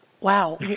Wow